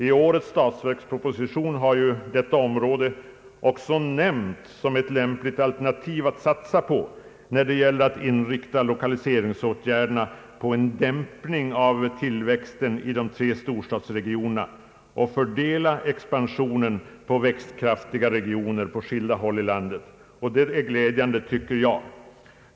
I årets statsverksproposition har ju detta område också nämnts som ett lämpligt alternativ att satsa på när det gäller att inrikta lokaliseringsåtgärderna på en dämpning av tillväxten i de tre storstadsregionerna och fördela expansionen på växtkraftiga regioner i skilda delar av landet. Det är glädjande, tycker jag.